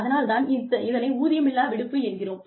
அதனால் தான் இதனை ஊதியமில்லா விடுப்பு என்கிறோம்